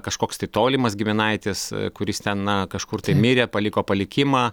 kažkoks tai tolimas giminaitis kuris ten na kažkur tai mirė paliko palikimą